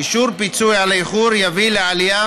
אישור פיצוי על איחור יביא לעלייה